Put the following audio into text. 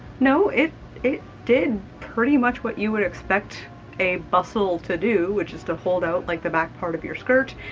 no, it it did pretty much what you would expect a bustle to do, which is to hold out like the back part of your skirt,